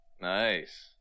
Nice